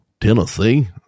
Tennessee